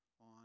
on